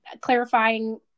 clarifying